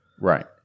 Right